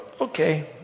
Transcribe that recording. okay